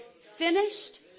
Finished